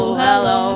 hello